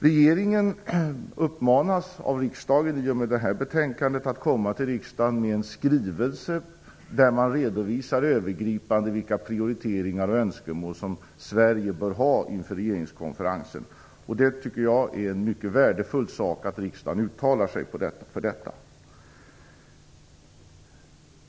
I och med det här betänkandet uppmanas regeringen av riksdagen att komma till riksdagen med en skrivelse där man övergripande redovisar vilka prioriteringar och önskemål som Sverige bör ha inför regeringskonferensen. Jag tycker att det är mycket värdefullt att riksdagen uttalar sig för detta.